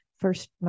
first